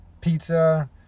pizza